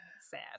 Sad